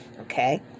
Okay